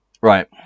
right